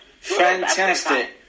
Fantastic